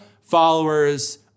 followers